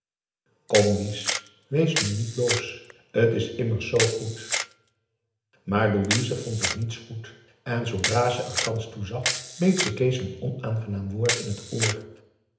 wies wees nu niet boos t is immers z goed maar louise vond het niets goed en zoodra ze er kans toezag beet ze kees een onaangenaam woord in het oor